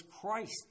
Christ